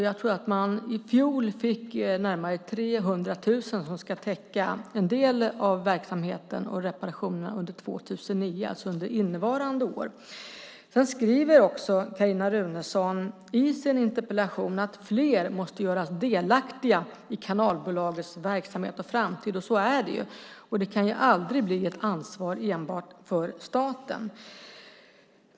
Jag tror att man i fjol fick närmare 300 000 som ska täcka en del av verksamheten och reparationerna under 2009, alltså innevarande år. Carin Runeson skriver också i sin interpellation att fler måste göras delaktiga i kanalbolagets verksamhet och framtid, och så är det förstås. Det kan aldrig bli ett ansvar enbart för staten.